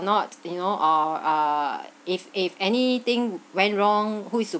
not you know or uh if if anything went wrong who is to